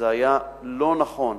זה היה לא נכון.